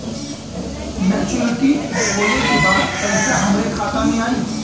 Maturity होले के बाद पैसा हमरे खाता में आई?